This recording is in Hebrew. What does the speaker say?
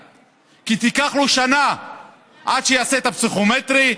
ייקח לו שנה עד שיעשה את הפסיכומטרי,